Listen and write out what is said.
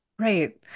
Right